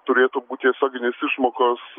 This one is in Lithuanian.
turėtų būt tiesioginės išmokos